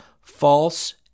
false